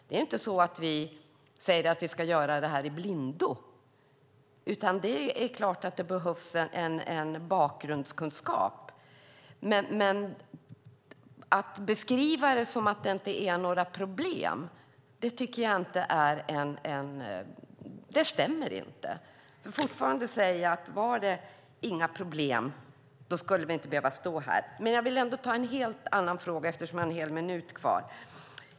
Vi säger inte att vi ska göra det här i blindo, utan det är klart att det behövs en bakgrundskunskap. Men jag tycker inte att man ska beskriva det som att det inte är några problem. Det stämmer inte. Jag säger fortfarande: Var det inga problem skulle vi inte behöva stå här. Men jag vill ta upp en helt annan fråga, eftersom jag har en hel minut kvar.